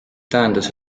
tähendas